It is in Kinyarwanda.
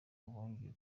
bongeye